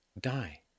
die